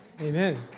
Amen